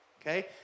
Okay